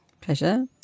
Pleasure